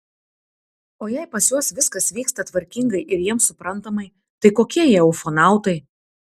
o jei pas juos viskas vyksta tvarkingai ir jiems suprantamai tai kokie jie ufonautai